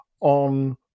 on